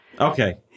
Okay